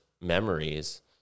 memories